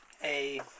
Hey